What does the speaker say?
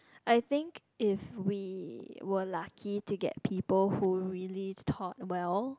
I think if we were lucky to get people who really taught well